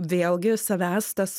vėlgi savęs tas